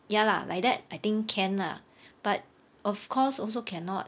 ya lah like that I think can lah but of course also cannot